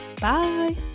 Bye